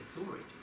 authority